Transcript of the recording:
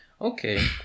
Okay